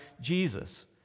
Jesus